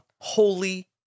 Holy